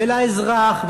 ולאזרח,